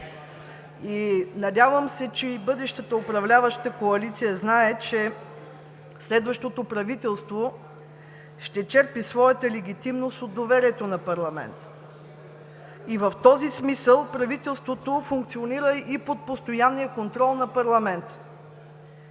Надявам се, че и бъдещата управляваща коалиция знае, че следващото правителство ще черпи своята легитимност от доверието на парламента. В този смисъл правителството функционира и под постоянния контрол на парламента.